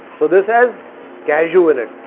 so this has cashew in it.